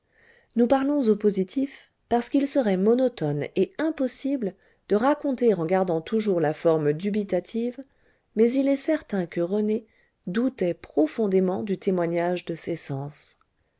nous parlons au positif parce qu'il serait monotone et impossible de raconter en gardant toujours la forme dubitative mais il est certain que rené doutait profondément du témoignage de ses sens